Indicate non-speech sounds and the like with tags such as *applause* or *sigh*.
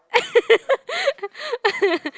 *laughs*